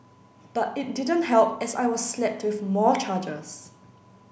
but it didn't help as I was slapped with more charges